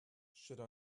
should